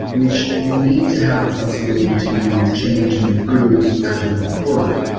which you need to have the flexibility to change and improve as you're going forward.